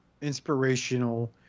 inspirational